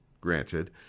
granted